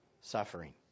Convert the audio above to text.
suffering